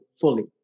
fully